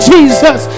Jesus